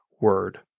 word